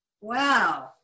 Wow